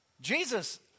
Jesus